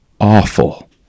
awful